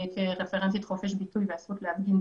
רפרנטית חופש ביטוי והזכות להפגין,